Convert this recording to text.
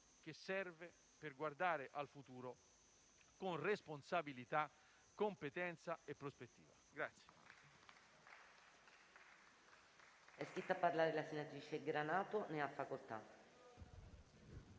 che serve per guardare al futuro con responsabilità, competenza e prospettiva.